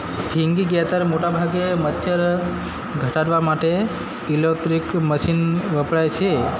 ખીન્ગી ગેતર મોટા ભાગે મચ્છર ધટાડવા માટે ઇલેટ્રિક મશીન વપરાય છે